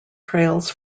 trails